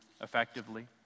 effectively